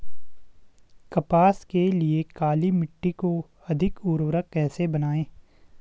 कपास के लिए काली मिट्टी को अधिक उर्वरक कैसे बनायें?